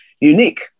unique